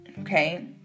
Okay